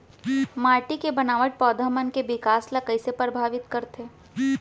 माटी के बनावट पौधा मन के बिकास ला कईसे परभावित करथे